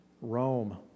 Rome